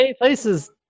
places